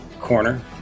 corner